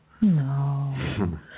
No